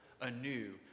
anew